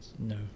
No